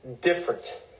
different